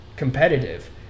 Competitive